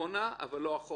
וצפונה, אבל בכלל לא אחורה.